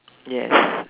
yes